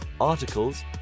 articles